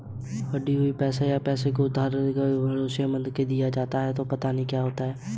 हुंडी को पैसे या कुछ और उधार लेने के एक भरोसेमंद वादे के रूप में दिया जाता है